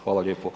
Hvala lijepo.